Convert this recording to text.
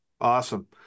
Awesome